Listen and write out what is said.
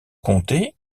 comté